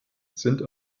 sind